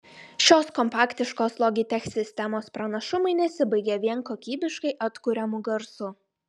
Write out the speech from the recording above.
šios kompaktiškos logitech sistemos pranašumai nesibaigia vien kokybiškai atkuriamu garsu